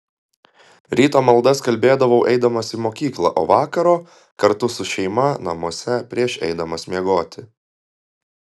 ryto maldas kalbėdavau eidamas į mokyklą o vakaro kartu su šeima namuose prieš eidamas miegoti